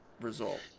result